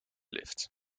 lift